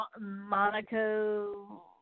monaco